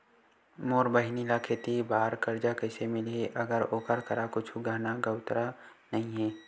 मोर बहिनी ला खेती बार कर्जा कइसे मिलहि, अगर ओकर करा कुछु गहना गउतरा नइ हे?